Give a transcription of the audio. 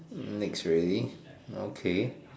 next already okay